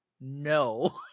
no